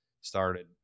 started